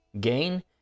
gain